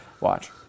Watch